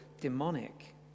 demonic